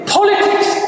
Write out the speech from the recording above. Politics